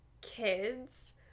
kids